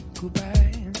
goodbye